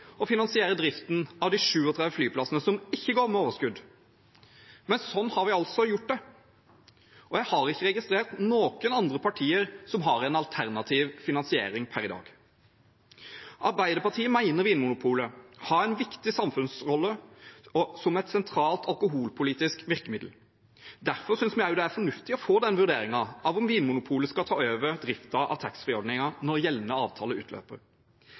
å finansiere driften av de 37 flyplassene som ikke går med overskudd. Men slik har vi gjort det, og jeg har ikke registrert noen andre partier som per i dag har en alternativ finansiering. Arbeiderpartiet mener Vinmonopolet har en viktig samfunnsrolle som et sentralt alkoholpolitisk virkemiddel. Derfor synes vi det er fornuftig å få den vurderingen av om Vinmonopolet skal ta over driften av taxfree-ordningen når gjeldende avtale utløper.